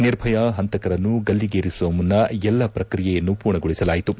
ನಿರ್ಭಯಾ ಹಂತಕರನ್ನು ಗಲ್ಲಿಗೇರಿಸುವ ಮುನ್ನ ಎಲ್ಲ ಪ್ರಕ್ರಿಯೆಯನ್ನು ಪುರ್ಣಗೊಳಿಸಲಾಯಿತು